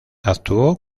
actuó